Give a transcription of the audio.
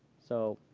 so